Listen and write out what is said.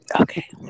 Okay